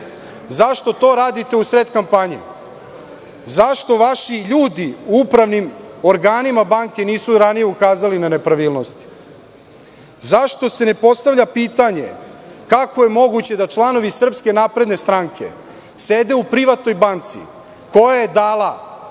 zašto to radite u sred kampanje, zašto vaši ljudi u upravnim organima banke nisu ranije ukazali na nepravilnosti, zašto se ne postavlja pitanje – kako je moguće da članovi SNS sede u privatnoj banci koja je dala